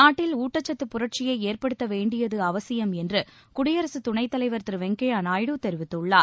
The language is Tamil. நாட்டில் ஊட்டச்சத்து புரட்சியை ஏற்படுத்த வேண்டியது அவசியம் என்று குடியரசு துணைத் தலைவர் திரு வெங்கய்ய நாயுடு தெரிவித்துள்ளார்